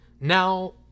Now